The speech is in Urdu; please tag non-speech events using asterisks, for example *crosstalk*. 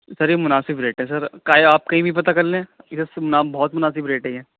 سر یہ مناسب ریٹ ہے سر چاہے آپ کہیں بھی پتا کر لیں ادھر سے *unintelligible* نام بہت مناسب ریٹ ہے یہ